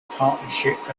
partnership